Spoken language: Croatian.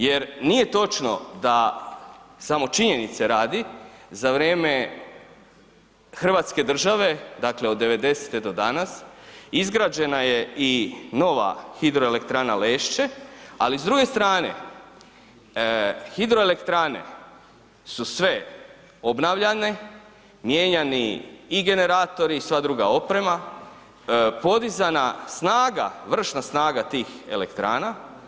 Jer nije točno da, samo činjenice radi, za vrijeme Hrvatske države, dakle od '90. do danas izgrađena je i nova Hidroelektrana Lešće, ali s druge strane hidroelektrane su sve obnavljane, mijenjani i generatori i sva druga oprema, podizana snaga, vršna snaga tih elektrana.